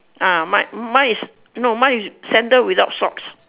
ah mine mine is no mine is sandal without socks